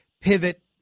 pivot